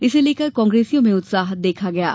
इसे लेकर कांग्रेसियों में उत्साह दिखा ई दिया